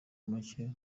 make